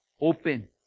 open